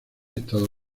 estados